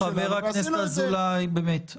חבר הכנסת אזולאי, באמת.